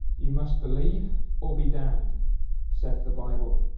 you must believe or be damned saith the bible,